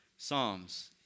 Psalms